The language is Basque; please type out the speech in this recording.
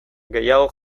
gehiago